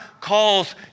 calls